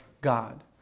God